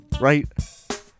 right